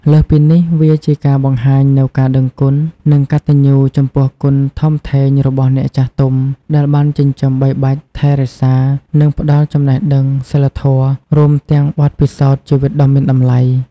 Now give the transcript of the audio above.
លើសពីនេះ វាជាការបង្ហាញនូវការដឹងគុណ និងកតញ្ញូចំពោះគុណធំធេងរបស់អ្នកចាស់ទុំ ដែលបានចិញ្ចឹមបីបាច់ថែរក្សា និងផ្ដល់ចំណេះដឹង សីលធម៌ រួមទាំងបទពិសោធន៍ជីវិតដ៏មានតម្លៃ។